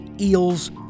eels